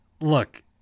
look